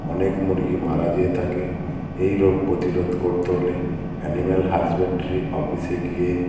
অনেক মুরগি মারা যেয়ে থাকে এই রোগ প্রতিরোধ করতে হলে অ্যানিম্যাল হাসব্যান্ড্রির অফিসে গিয়ে